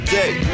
day